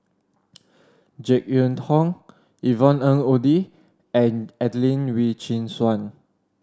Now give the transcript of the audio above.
Jek Yeun Thong Yvonne Ng Uhde and Adelene Wee Chin Suan